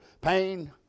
pain